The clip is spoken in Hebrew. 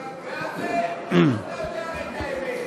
אתה יודע את האמת.